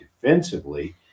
Defensively